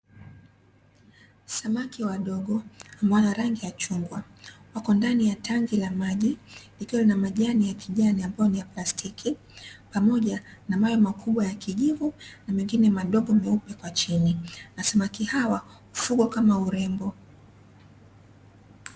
Samaki wadogo ambao wana rangi ya chungwa, wako ndani ya tanki la maji likiwa na majani ya kijani ambayo ni ya plastiki, pamoja na mawe makubwa ya kijivu na mengine madogo meupe kwa chini, na samaki hawa hufugwa kama urembo.